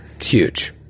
huge